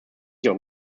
sich